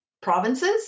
provinces